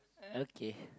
okay